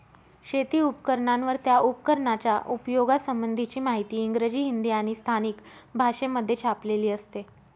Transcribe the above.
शेती उपकरणांवर, त्या उपकरणाच्या उपयोगा संबंधीची माहिती इंग्रजी, हिंदी आणि स्थानिक भाषेमध्ये छापलेली असते